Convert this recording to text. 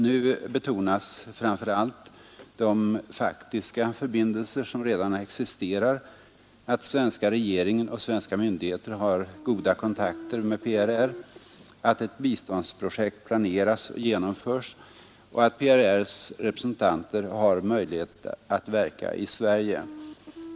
Nu betonas framför allt de faktiska förbindelser som redan existerar — att svenska regeringen och svenska myndigheter har goda kontakter med PRR, att ett biståndsprojekt planeras och genomförs och att PRR:s representanter har möjlighet att verka i Sverige.